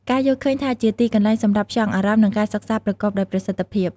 ការយល់ឃើញថាជាទីកន្លែងសម្រាប់ផ្ចង់អារម្មណ៍ និងការសិក្សាប្រកបដោយប្រសិទ្ធភាព។